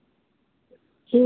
ठीक छै